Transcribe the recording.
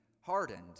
hardened